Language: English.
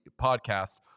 podcast